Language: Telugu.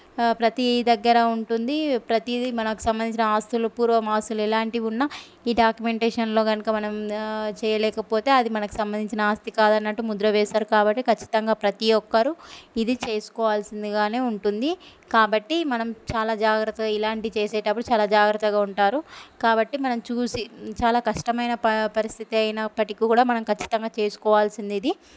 ప్రతి దగ్గర ఉంటుంది ప్రతీది మనకు సంబంధించిన ఆస్తులు పూర్వం ఆస్తులు ఎలాంటివి ఉన్న ఈ డాక్యుమెంటేషన్లో మనం చేయలేకపోతే అది మనకు సంబంధించిన ఆస్తి కాదు అన్నట్టు ముద్ర వేస్తారు కాబట్టి ఖచ్చితంగా ప్రతి ఒక్కరు ఇది చేసుకోవాల్సిందిగానే ఉంటుంది కాబట్టి మనం చాలా జాగ్రత్తగా ఇలాంటి చేసేటప్పుడు చాలా జాగ్రత్తగా ఉంటారు కాబట్టి మనం చూసి చాలా కష్టమైన ప పపరిస్థితి అయినప్పటికీ కూడా మనం ఖచ్చితంగా చేసుకోవాల్సింది ఇది